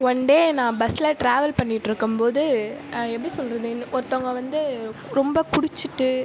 one day நான் பஸ்ஸில் travel பண்ணிகிட்டுருக்கும் போது எப்படி சொல்வது ஒருத்தவங்க வந்து ரொம்ப குடிச்சுட்டு